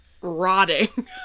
rotting